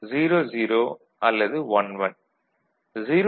00 அல்லது 11